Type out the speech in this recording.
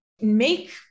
make